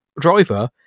driver